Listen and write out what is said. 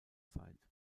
zeit